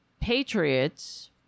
patriots